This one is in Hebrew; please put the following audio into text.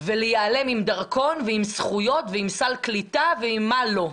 ולהיעלם עם דרכון ועם זכויות ועם סל קליטה ועם מה לא.